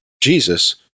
Jesus